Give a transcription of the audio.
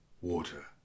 Water